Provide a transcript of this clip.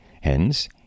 Hence